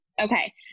Okay